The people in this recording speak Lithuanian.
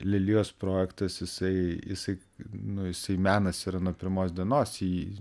lelijos projektas jisai jisai nu jisai menas yra nuo pirmos dienos jį